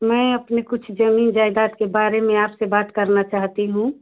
मैं अपनी कुछ ज़मीन जायदाद के बारे में आपसे बात करना चाहती हूँ